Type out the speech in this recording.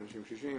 אנשים קשישים,